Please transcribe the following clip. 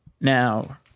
Now